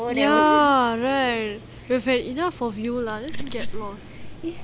ya right we have had enough of you just get lost